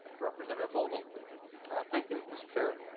representative vogel thank you mr. chair.